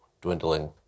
dwindling